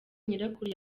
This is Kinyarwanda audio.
nyirakuru